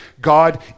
God